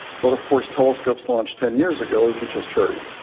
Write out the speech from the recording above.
but, of course, telescopes launched ten years ago, as you just heard,